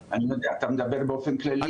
היא של אזרחים זרים שלומדים שם.